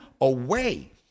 away